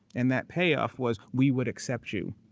and that payoff was we would accept you,